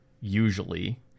usually